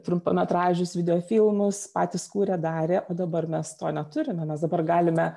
trumpametražius videofilmus patys kūrė darė o dabar mes to neturime mes dabar galime